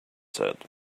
said